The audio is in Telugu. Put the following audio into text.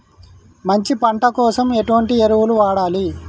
మంచి పంట కోసం ఎటువంటి ఎరువులు వాడాలి?